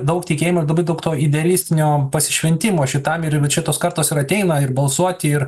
daug tikėjimo ir labai daug to idealistinio pasišventimo šitam ir vat čia tos kartos ir ateina ir balsuoti ir